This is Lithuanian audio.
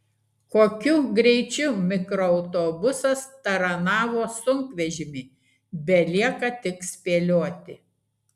kokiu greičiu mikroautobusas taranavo sunkvežimį belieka tik spėlioti